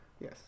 Yes